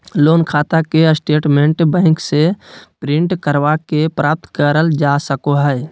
loan खाता के statement bank से प्रिंट करवा के प्राप्त करल जा सको हय